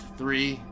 three